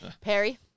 Perry